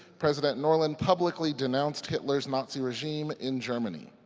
president norlin publicly denounced hitler's nazi regime in germany.